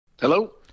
Hello